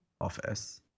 office